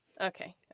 Okay